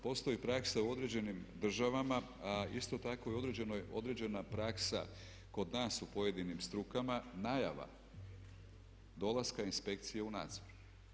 Postoji praksa u određenim državama a isto tako i određena praksa kod nas u pojedinim strukama najava dolaska inspekcije u nadzor.